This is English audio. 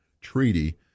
treaty